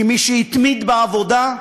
כמי שהתמיד בעבודה,